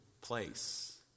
place